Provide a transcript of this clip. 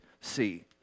see